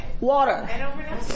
water